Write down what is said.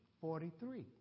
Forty-three